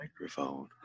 microphone